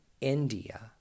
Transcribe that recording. india